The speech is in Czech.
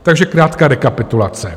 Takže krátká rekapitulace.